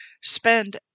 spend